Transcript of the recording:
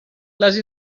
les